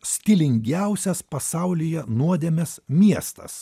stilingiausias pasaulyje nuodėmės miestas